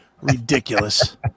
ridiculous